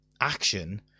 action